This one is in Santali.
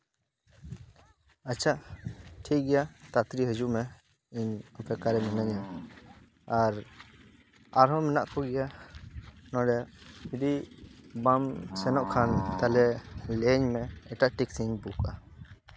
ᱟᱪᱪᱷᱟ ᱴᱷᱤᱠ ᱜᱮᱭᱟ ᱛᱟᱲᱟᱛᱟᱹᱲᱤ ᱦᱤᱡᱩᱜ ᱢᱮ ᱤᱧ ᱚᱯᱮᱠᱠᱷᱟᱨᱮ ᱢᱤᱱᱟᱹᱧᱟ ᱟᱨ ᱟᱨᱦᱚᱸ ᱢᱮᱱᱟᱜ ᱠᱚᱜᱮᱭᱟ ᱱᱚᱸᱰᱮ ᱡᱩᱫᱤ ᱵᱟᱢ ᱥᱮᱱᱚᱜ ᱠᱷᱟᱱ ᱛᱟᱦᱞᱮ ᱞᱟᱹᱭᱟᱹᱧ ᱢᱮ ᱮᱴᱟᱜ ᱴᱮᱠᱥᱤᱧ ᱵᱩᱠᱟ